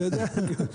אתה יודע.